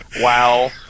Wow